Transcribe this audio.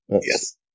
Yes